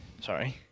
sorry